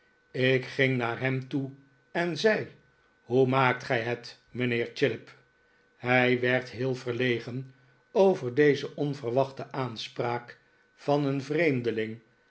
ik ging naar hem toe en zei hoe maakt gij het mijnheer chillip hij werd heel verlegen over deze onverwachte aanspraak van een vreemdeling